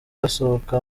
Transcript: asohoka